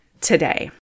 today